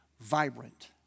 vibrant